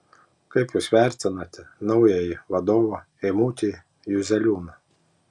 kaip jūs vertinate naująjį vadovą eimutį juzeliūną